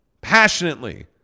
passionately